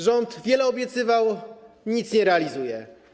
Rząd wiele obiecywał, nic nie realizuje.